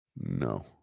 No